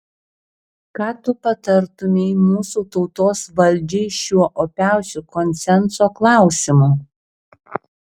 ką tu patartumei mūsų tautos valdžiai šiuo opiausiu konsenso klausimu